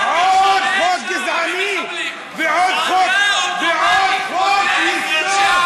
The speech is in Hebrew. עוד חוק גזעני ועוד חוק ועוד חוק-יסוד?